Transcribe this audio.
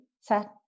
set